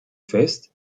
fest